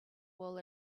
wool